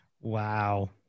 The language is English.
Wow